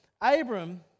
Abram